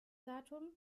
datum